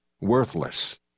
worthless